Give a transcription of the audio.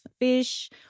fish